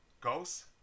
Ghost